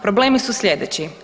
Problemi su sljedeći.